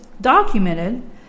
documented